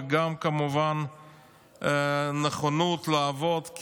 וגם כמובן נכונות לעבוד.